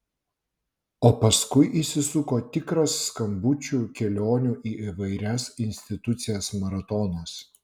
o paskui įsisuko tikras skambučių kelionių į įvairias institucijas maratonas